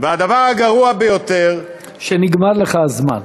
והדבר הגרוע ביותר, שנגמר לך הזמן.